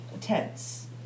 tense